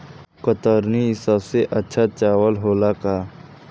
कतरनी सबसे अच्छा चावल होला का?